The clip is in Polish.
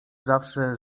zawsze